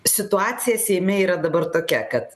situacija seime yra dabar tokia kad